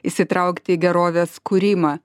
įsitraukti į gerovės kūrimą